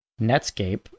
netscape